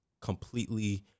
completely